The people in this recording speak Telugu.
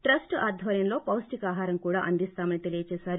ట్రస్ట్ ఆధ్వర్యంలో పాష్టికాహారం కూడా అందిస్తామని తెలీపారు